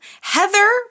Heather